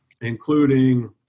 including